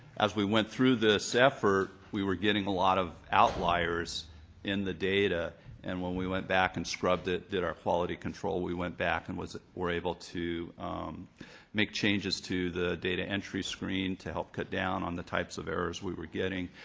as we went through this effort, we were getting a lot of outliers in the data and when we went back and scrubbed it, did our quality control, we went back and were able to make changes to the data entry screen to help cut down on the types of errors we were getting.